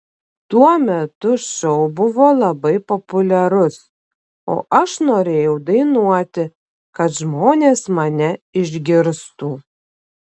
tuo metu šou buvo labai populiarus o aš norėjau dainuoti kad žmonės mane išgirstų